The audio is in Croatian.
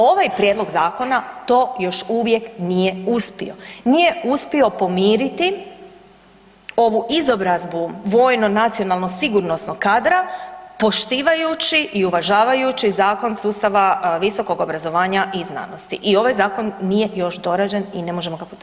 Ovaj prijedlog zakona to još uvijek nije uspio, nije uspio pomiriti ovu izobrazbu vojno nacionalno sigurnosnog kadra poštivajući i uvažavajući Zakon sustava visokog obrazovanja i znanosti i ovaj zakon nije još dorađen i ne možemo ga podržati.